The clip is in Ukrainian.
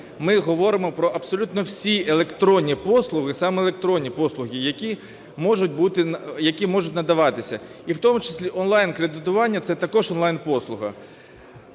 ми говоримо про абсолютно всі електронні послуги, саме електронні послуги, які можуть надаватися. І в тому числі онлайн-кредитування – це також онлайн-послуга.